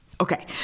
Okay